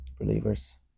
believers